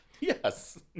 Yes